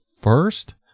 first